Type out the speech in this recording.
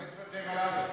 אז אולי תוותר עליו?